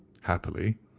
happily,